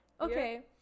okay